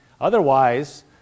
Otherwise